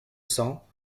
cents